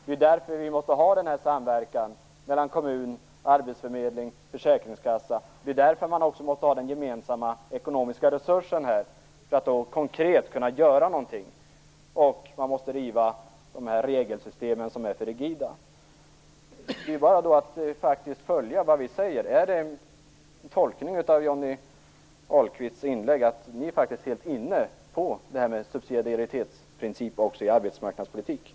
Det är därför det måste ske en samverkan mellan kommun, arbetsförmedling och försäkringskassa. För att konkret kunna göra någonting måste man också ha gemensamma ekonomiska resurser, och man måste riva upp regelsystemen, som är för rigida. Min tolkning av Johnny Ahlqvists inlägg är att ni faktiskt är helt inne på detta med subsidiaritetsprincip också i arbetsmarknadspolitiken.